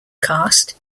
caste